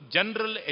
General